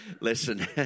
Listen